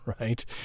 right